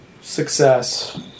success